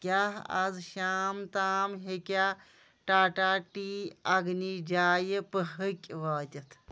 کیٛاہ آز شام تام ہٮ۪کیٛاہ ٹاٹا ٹی اَگنی جایہِ پٔہٕکۍ وٲتِتھ